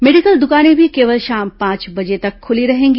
medical द्वकानें भी केवल शाम पांच बजे तक खुली रहेंगी